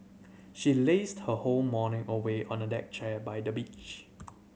she lazed her whole morning away on a deck chair by the beach